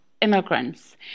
immigrants